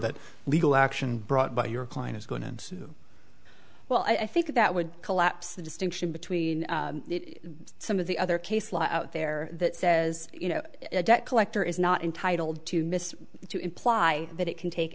that legal action brought by your client is going to end well i think that would collapse the distinction between some of the other case law out there that says you know a debt collector is not entitled to miss to imply that it can take